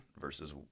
versus